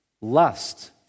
lust